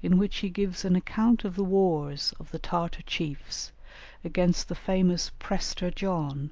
in which he gives an account of the wars of the tartar chiefs against the famous prester john